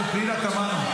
הפוליטיקה הישראלית.